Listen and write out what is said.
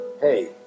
hey